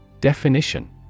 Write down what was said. Definition